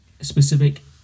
specific